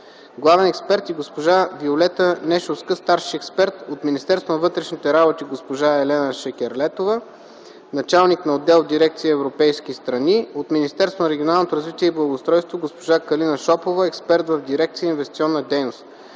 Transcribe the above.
главен експерт, и госпожа Виолета Нешовска – старши експерт, от Министерството на външните работи госпожа Елена Шекерлетова – началник на отдел в Дирекция „Европейски страни”, от Министерството на регионалното развитие и благоустройството – госпожа Калина Шопова – експерт в Дирекция „Инвестиционна дейност”.